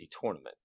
tournament